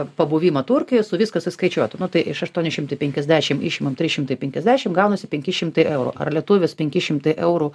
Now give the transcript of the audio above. pabuvimo turkijoj su viskas įskaičiuota nu tai iš aštuoni šimtai penkiasdešim išimam trys šimtai penkiasdešim gaunasi penki šimtai eurų ar lietuvis penki šimtai eurų